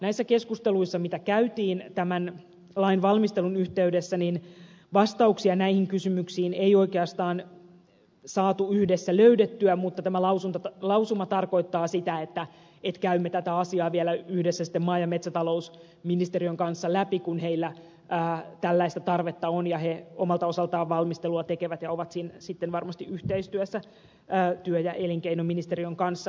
näissä keskusteluissa mitä käytiin tämän lain valmistelun yhteydessä vastauksia näihin kysymyksiin ei oikeastaan yhdessä löydetty mutta tämä lausuma tarkoittaa sitä että käymme tätä asiaa vielä yhdessä maa ja metsätalousministeriön kanssa läpi kun heillä tällaista tarvetta on ja he omalta osaltaan valmistelua tekevät ja ovat varmasti yhteistyössä työ ja elinkeinoministeriön kanssa